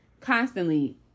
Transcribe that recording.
Constantly